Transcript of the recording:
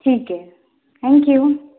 ठीक है thank you